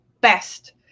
best